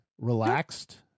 relaxed